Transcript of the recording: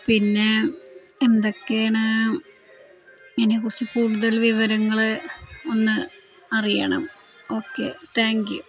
പിന്നെ എന്തൊക്കെയാണ് ഇതിനെക്കുറിച്ച് കൂടുതൽ വിവരങ്ങൾ ഒന്ന് അറിയണം ഓക്കെ താങ്ക് യൂ